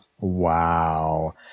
Wow